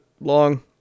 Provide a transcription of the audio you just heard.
long